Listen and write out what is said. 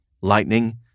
lightning